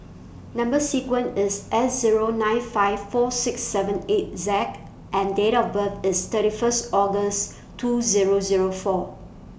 Number sequence IS S Zero nine five four six seven eight Z and Date of birth IS thirty one August two Zero Zero four